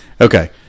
Okay